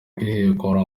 kwihekura